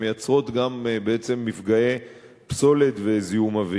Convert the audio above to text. שמייצרות גם מפגעי פסולת וזיהום אוויר.